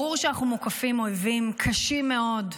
ברור שאנחנו מוקפים אויבים קשים מאוד,